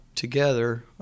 together